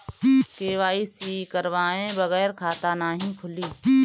KYC करवाये बगैर खाता नाही खुली?